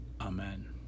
Amen